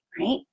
right